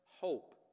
hope